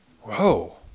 whoa